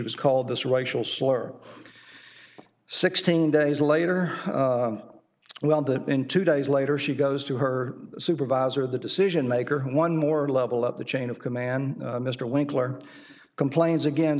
was called this racial slur sixteen days later well that in two days later she goes to her supervisor the decision maker one more level up the chain of command mr winkler complains again